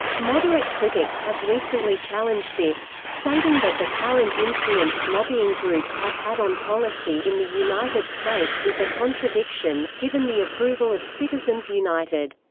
moderate critics have recently challenged this, stating that the current influence lobbying groups have had on policy in the united states is a contradiction, given the approval of citizens united.